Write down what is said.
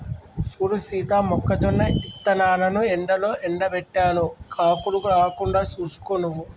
సూడు సీత మొక్కజొన్న ఇత్తనాలను ఎండలో ఎండబెట్టాను కాకులు రాకుండా సూసుకో నువ్వు